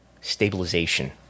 stabilization